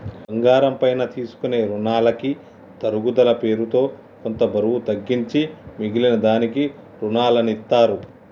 బంగారం పైన తీసుకునే రునాలకి తరుగుదల పేరుతో కొంత బరువు తగ్గించి మిగిలిన దానికి రునాలనిత్తారు